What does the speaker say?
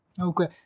okay